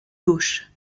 gauche